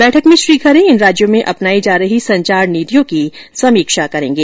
बैठक में श्री खरे इन राज्यों में अपनायी जा रही संचार नीतियों की समीक्षा करेंगे